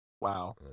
Wow